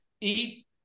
Eat